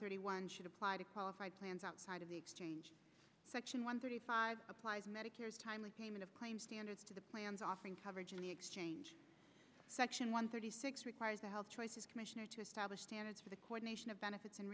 thirty one should apply to qualified plans outside of the exchange section one thirty five applies medicare's timely payment of claims standards to the plans offering coverage in the exchange section one thirty six requires the health choices commissioner to establish standards for the coordination of benefits